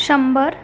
शंभर